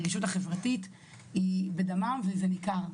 הרגישות החברתית היא בדם וזה ניכר,